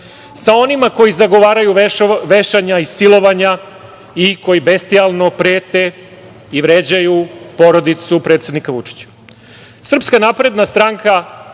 sa onima koji zagovaraju vešanja i silovanja i koji bestijalno prete i vređaju porodicu predsednika Vučića. Srpska napredna stranka,